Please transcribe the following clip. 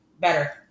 better